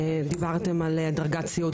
דיברתם על דרגת סיעוד